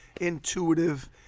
intuitive